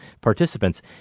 participants